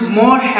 more